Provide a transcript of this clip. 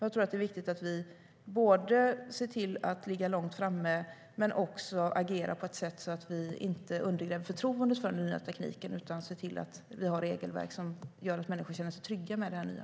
Jag tror att det är viktigt att vi ser till att ligga långt fram men också att vi agerar på ett sådant sätt att vi inte undergräver förtroendet för den nya tekniken utan ser till att vi har regelverk som gör att människor känner sig trygga med det nya.